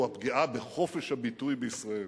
שהוא הפגיעה בחופש הביטוי בישראל.